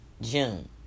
June